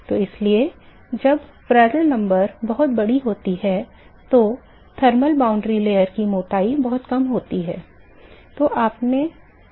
तो इसलिए जब प्रांदल संख्या बहुत बड़ी होती है तो थर्मल सीमा परत की मोटाई बहुत कम होती है